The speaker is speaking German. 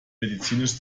medizinisch